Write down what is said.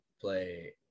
play